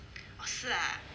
oh 是啊